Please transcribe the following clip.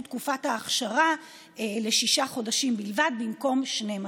תקופת האכשרה לשישה חודשים בלבד במקום 12,